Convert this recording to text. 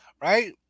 right